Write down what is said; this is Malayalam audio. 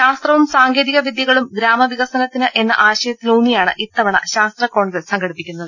ശാസ്ത്രവും സാങ്കേതിക വിദ്യ കളും ഗ്രാമവിക്സനത്തിന് എന്ന ആശയത്തിലൂന്നിയാണ് ഇത്ത വണ ശാസ്ത്ര കോൺഗ്രസ് സംഘടിപ്പിക്കുന്നത്